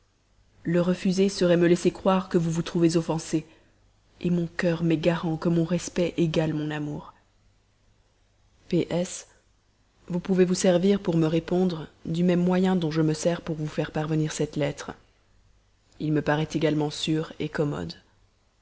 le refuser serait me laisser croire que vous vous trouvez offensée mon cœur m'est garant que mon respect pour vous égale mon amour p s vous pouvez vous servir pour me répondre du même moyen dont je me sers pour vous faire parvenir cette lettre il me parait également sûr commode